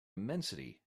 immensity